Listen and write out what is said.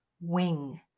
wing